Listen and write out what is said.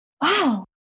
wow